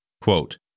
Quote